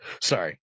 Sorry